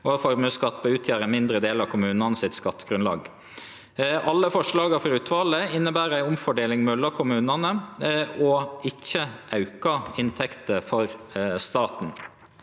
og at formuesskatt bør utgjere ein mindre del av kommunane sitt skattegrunnlag. Alle forslaga frå utvalet inneber ei omfordeling mellom kommunane, ikkje auka inntekter for staten.